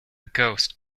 ghost